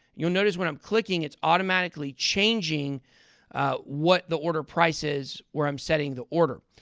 you'll notice when i'm clicking it's automatically changing what the order price is where i'm setting the order.